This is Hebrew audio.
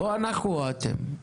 או אנחנו או אתם.